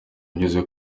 ngeze